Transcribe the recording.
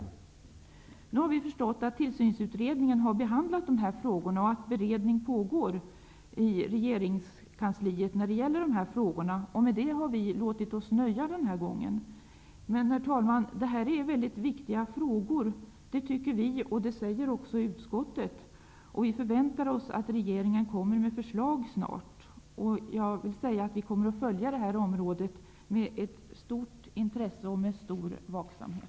Nu har vi förstått att tillsynsutredningen har behandlat dessa frågor och att beredning pågår i regeringskansliet. Med detta har vi låtit oss nöja denna gång. Men, herr talman, detta är mycket viktiga frågor. Det tycker vi, och det tycker också utskottet. Vi förväntar oss därför att regeringen snart kommer med förslag. Vi kommer att följa detta område med stort intresse och med stor vaksamhet.